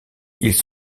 ils